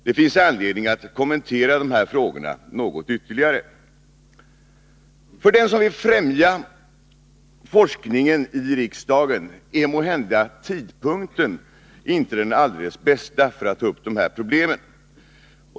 Det finns anledning att kommentera frågorna något ytterligare. För den som vill främja forskningen i riksdagen är måhända tidpunkten inte den alldeles bästa för att ta upp de här problemen.